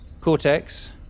Cortex